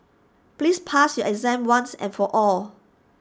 please pass your exam once and for all